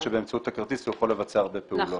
שבאמצעות הכרטיס הוא יכול לבצע הרבה פעולות.